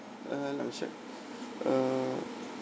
uh let me check uh